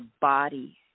body